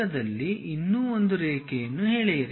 ದೂರದಲ್ಲಿ ಇನ್ನೂ ಒಂದು ರೇಖೆಯನ್ನು ಎಳೆಯಿರಿ